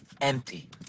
empty